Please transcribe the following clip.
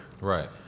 Right